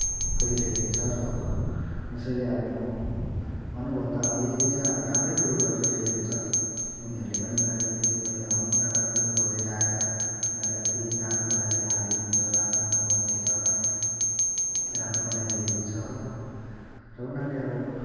गरिरहेको छ र यसैले अब म अनुभव त अब यही नै छ राम्रै कुरो गरिरहेको छ उनीहरूले पनि उनीहरूले पनि जे पनि गरिरहेको छ अब उनीहरूलाई पनि अब बजट आएर उनीहरूले अब केही कामको लागि हालिदिनु हुन्छ र आफ्नो आफ्नो गाउँ क्षेत्रमा राम्रो बनाइदिएको छ हो र उनीहरूले अब